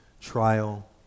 trial